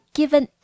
given